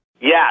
Yes